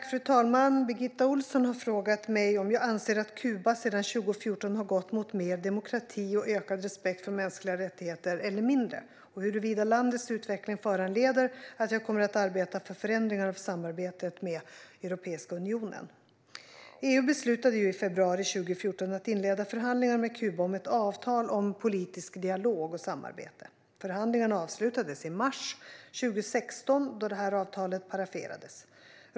Fru talman! Birgitta Ohlsson har frågat mig om jag anser att Kuba sedan 2014 har gått mot mer demokrati och ökad respekt för mänskliga rättigheter eller mindre och huruvida landets utveckling föranleder att jag kommer att arbeta för förändringar av samarbetet med Europeiska unionen. EU beslutade i februari 2014 att inleda förhandlingar med Kuba om ett avtal om politisk dialog och samarbete. Förhandlingarna avslutades i mars 2016, då avtalet paraferades.